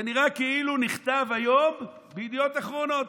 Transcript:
זה נראה כאילו הוא נכתב היום בידיעות אחרונות,